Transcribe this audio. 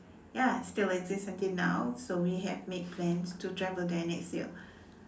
ya still exists until now so we have made plans to travel there next year